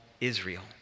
Israel